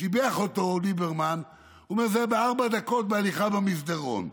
ששיבח אותו ליברמן: זה היה בארבע דקות בהליכה במסדרון.